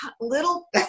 little